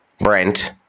Brent